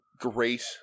great